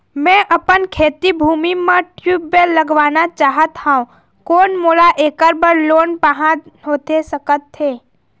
मैं अपन खेती भूमि म ट्यूबवेल लगवाना चाहत हाव, कोन मोला ऐकर बर लोन पाहां होथे सकत हे?